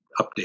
update